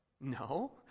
No